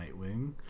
Nightwing